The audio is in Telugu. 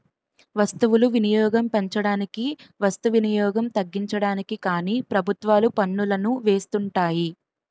వస్తువులు వినియోగం పెంచడానికి వస్తు వినియోగం తగ్గించడానికి కానీ ప్రభుత్వాలు పన్నులను వేస్తుంటాయి